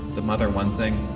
the mother one thing,